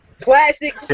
Classic